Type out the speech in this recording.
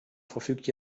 verfügt